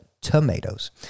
tomatoes